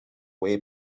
way